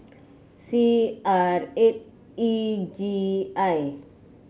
six R eight E G I